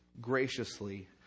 graciously